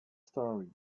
story